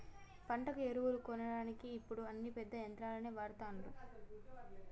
పంటకు ఎరువులు కొట్టడానికి ఇప్పుడు అన్ని పెద్ద యంత్రాలనే వాడ్తాన్లు